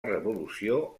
revolució